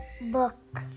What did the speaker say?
book